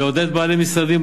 לעודד בעלי משרדים,